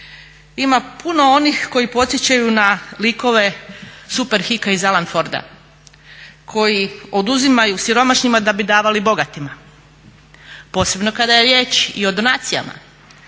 ima puno onih koji podsjećaju na likove Super Hika iz Alan Forda koji oduzimaju siromašnima da bi davali bogatima posebno kada je riječ i o donacijama